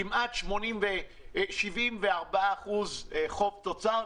כמעט 74% חוב-תוצר.